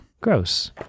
Gross